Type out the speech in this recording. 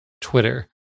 Twitter